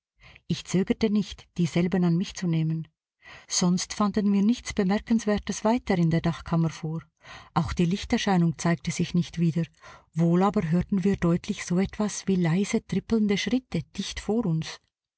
ich zögerte nicht dieselben an mich zu nehmen sonst fanden wir nichts bemerkenswertes weiter in der dachkammer vor auch die lichterscheinung zeigte sich nicht wieder wohl aber hörten wir deutlich so etwas wie leise trippelnde schritte dicht vor uns